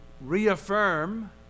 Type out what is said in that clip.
reaffirm